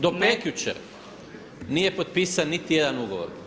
Do prekjučer nije potpisan niti jedan ugovor.